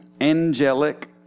angelic